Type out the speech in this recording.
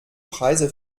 preise